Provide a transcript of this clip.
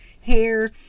hair